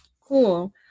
Cool